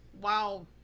Wow